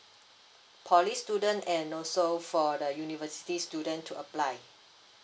poly student and also for the university student to apply